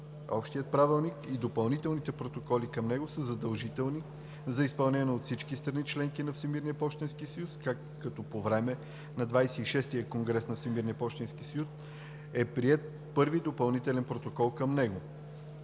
Общият правилник и допълнителните протоколи към него са задължителни за изпълнение от всички страни – членки на Всемирния пощенски съюз, като по време на ХХVІ конгрес на Всемирния пощенски съюз е приет Първи допълнителен протокол към него.